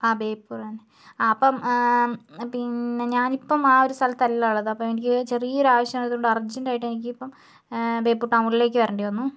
ആ ബേപ്പൂര് തന്നെ ആ അപ്പോൾ പിന്നെ ഞാനിപ്പോൾ ആ ഒരു സ്ഥലത്തല്ല ഉള്ളത് അപ്പോൾ എനിക്ക് ചെറിയൊരു ആവശ്യം വന്നതുകൊണ്ട് അർജന്റ് ആയിട്ട് എനിക്കിപ്പോൾ ബേപ്പൂർ ടൗണിലേക്ക് വരേണ്ടി വന്നു